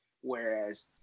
whereas